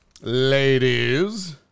ladies